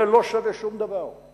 זה לא שווה שום דבר,